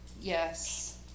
yes